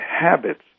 habits